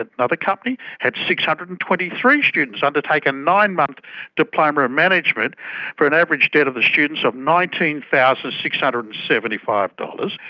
another company, had six hundred and twenty three students undertake a nine month diploma of management for an average debt to the students of nineteen thousand six hundred and seventy five dollars.